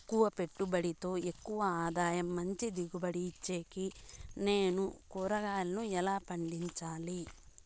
తక్కువ పెట్టుబడితో ఎక్కువగా ఆదాయం మంచి దిగుబడి ఇచ్చేకి నేను కూరగాయలను ఎలా పండించాలి?